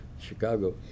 Chicago